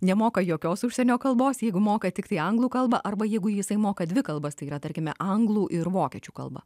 nemoka jokios užsienio kalbos jeigu moka tiktai anglų kalba arba jeigu jisai moka dvi kalbas tai yra tarkime anglų ir vokiečių kalbą